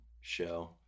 show